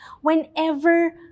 whenever